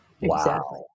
Wow